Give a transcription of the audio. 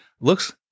looks